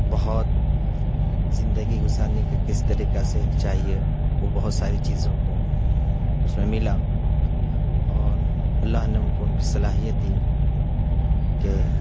بہت زندگی گزارنے کا کس طریقہ سے چاہیے وہ بہت ساری چیزوں کو اس میں ملا اور اللہ نے ان کو ان کی صلاحیت دی کہ